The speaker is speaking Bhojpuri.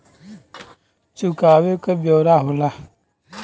चुकावे क ब्योरा होला